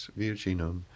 virginum